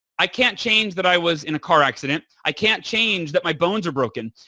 i can't change that i was in a car accident. i can't change that my bones are broken.